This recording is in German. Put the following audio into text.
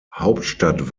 hauptstadt